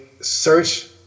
search